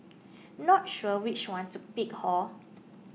not sure which one to pick hor